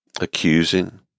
accusing